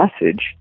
message